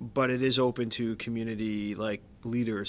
but it is open to community like leader